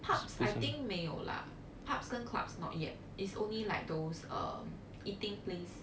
pubs I think 没有啦 pubs 跟 clubs not yet is only like those um eating place